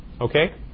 Okay